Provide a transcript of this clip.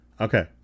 okay